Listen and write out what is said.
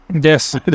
Yes